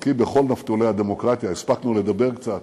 בקי בכל נפתולי הדמוקרטיה, הספקנו לדבר קצת